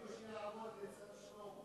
עדיף לו שיעבור לצד שלמה.